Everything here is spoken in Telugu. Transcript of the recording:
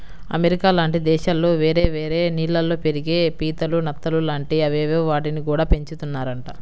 అమెరికా లాంటి దేశాల్లో వేరే వేరే నీళ్ళల్లో పెరిగే పీతలు, నత్తలు లాంటి అవేవో వాటిని గూడా పెంచుతున్నారంట